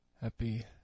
Happy